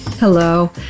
Hello